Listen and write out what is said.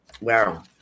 Wow